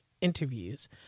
interviews